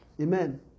Amen